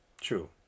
True